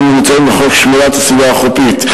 המוצעים לחוק שמירת הסביבה החופית,